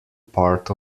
part